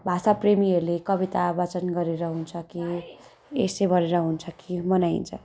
भाषा प्रेमीहरूले कविता बाचन गरेर हुन्छ कि एसे गरेर हुन्छ कि मनाइन्छ